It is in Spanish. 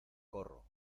corro